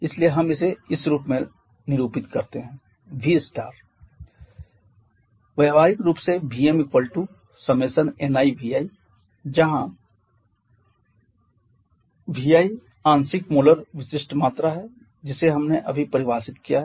इसलिए हम इसे इस रूप में निरूपित करते हैं V व्यावहारिक रूप से Vm i1knivi जहां vi tilde आंशिक मोलर विशिष्ट मात्रा है जिसे हमने अभी परिभाषित किया है